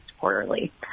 quarterly